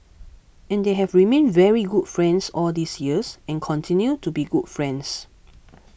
and they have remained very good friends all these years and continue to be good friends